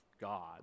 God